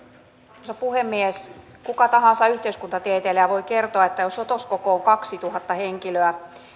arvoisa puhemies kuka tahansa yhteiskuntatieteilijä voi kertoa että jos otoskoko on kaksituhatta henkilöä